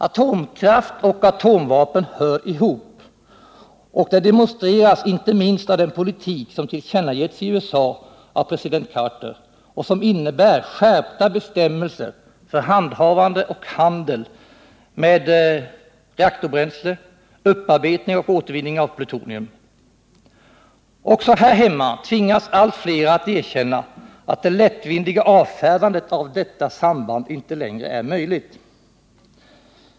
Atomkraft och atomvapen hör ihop, och det demonstreras inte minst av den politik som tillkännagetts i USA av president Carter och som innebär skärpta bestämmelser för handhavande och handel med reaktorbränsle, upparbetning och återvinning av plutonium. Också här hemma tvingas allt fler att erkänna att det lättvindiga avfärdandet av detta samband inte längre är möjligt.